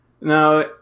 Now